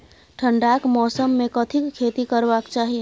ठंडाक मौसम मे कथिक खेती करबाक चाही?